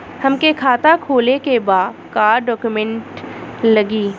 हमके खाता खोले के बा का डॉक्यूमेंट लगी?